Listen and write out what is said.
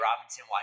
Robinson